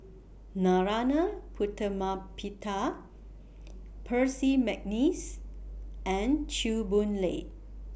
Narana Putumaippittan Percy Mcneice and Chew Boon Lay